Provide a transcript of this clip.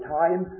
time